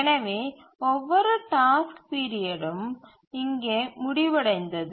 எனவே ஒவ்வொரு டாஸ்க் பீரியடும் இங்கே முடிவடைந்தது